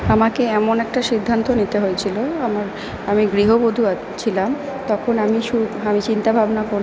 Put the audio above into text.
আমাকে এমন একটা সিদ্ধান্ত নিতে হয়েছিল আমার আমি গৃহবধূ ছিলাম তখন আমি আমি চিন্তা ভাবনা করলাম